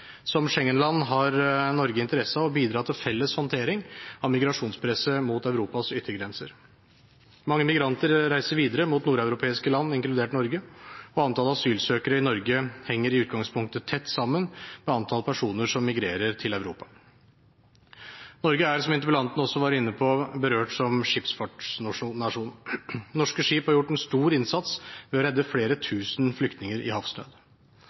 Som Schengen-land har Norge interesse av å bidra til felles håndtering av migrasjonspresset mot Europas yttergrenser. Mange migranter reiser videre mot nordeuropeiske land, inkludert Norge, og antallet asylsøkere i Norge henger i utgangspunktet tett sammen med antall personer som migrerer til Europa. Norge er, som interpellanten også var inne på, berørt som skipsfartsnasjon. Norske skip har gjort en stor innsats ved å redde flere tusen flyktninger i havsnød.